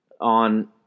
on